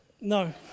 no